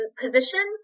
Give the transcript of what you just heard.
position